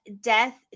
death